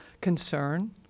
concern